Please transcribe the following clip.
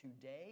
today